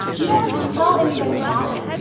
you don't have to tell anybody about it.